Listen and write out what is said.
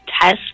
test